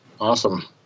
Awesome